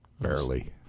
Barely